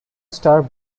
star